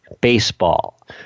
baseball